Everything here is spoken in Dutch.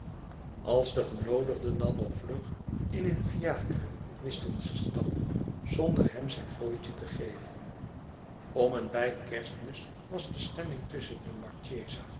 als de genoodigden dan nog vlug in hun fiacre wisten te stappen zonder hem zijn fooitje te geven om en bij kerstmis was de stemming tusschen de